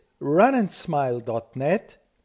runandsmile.net